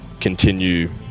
continue